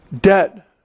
Debt